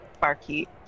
barkeep